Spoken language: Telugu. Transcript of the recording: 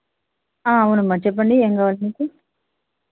ఆ అవునమ్మా చెప్పండి ఏం కావాలి మీకు